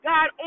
God